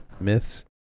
myths